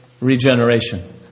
regeneration